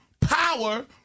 power